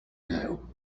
know